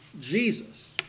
Jesus